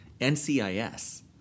ncis